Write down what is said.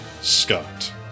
Scott